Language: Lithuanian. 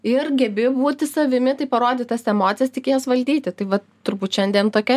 ir gebi būti savimi tai parodyt tas emocijas tik jas valdyti tai va turbūt šiandien tokia